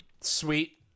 Sweet